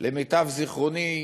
למיטב זיכרוני,